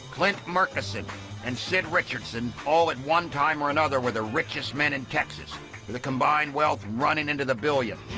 clint murchison and sid richardson all, at one time or another, were the richest men in texas with a combined wealth running into the billions.